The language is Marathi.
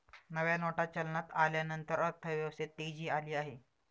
नव्या नोटा चलनात आल्यानंतर अर्थव्यवस्थेत तेजी आली आहे